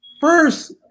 First